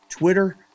Twitter